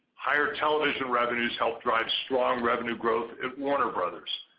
higher television revenues helped drive strong revenue growth at warner brothers.